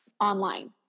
online